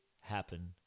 happen